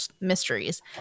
Mysteries